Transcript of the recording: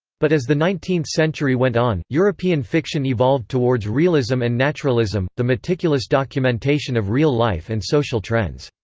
but as the nineteenth century went on, european fiction evolved towards realism and naturalism, the meticulous documentation of real life and social trends.